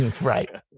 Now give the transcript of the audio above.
Right